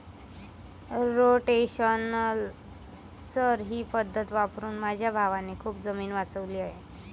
rotational चर ही पद्धत वापरून माझ्या भावाने खूप जमीन वाचवली आहे